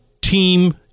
Team